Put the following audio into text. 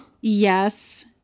Yes